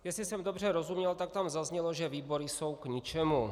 Jestli jsem dobře rozuměl, tak tam zaznělo, že výbory jsou k ničemu.